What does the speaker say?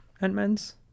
Ant-Man's